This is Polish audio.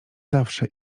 zawsze